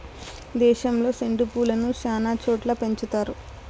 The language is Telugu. దేశంలో సెండు పూలను శ్యానా చోట్ల పెంచుతారు